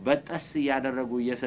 but i see i don't know where you're